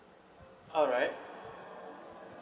alright